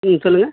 ம் சொல்லுங்கள்